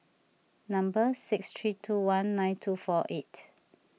number six three two one nine two four eight